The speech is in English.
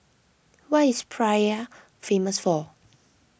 what is Praia famous for